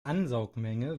ansaugmenge